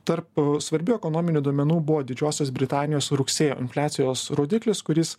tarp svarbių ekonominių duomenų buvo didžiosios britanijos rugsėjo infliacijos rodiklis kuris